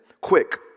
quick